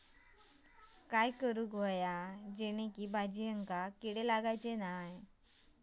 काय करूचा जेणेकी भाजायेंका किडे लागाचे नाय?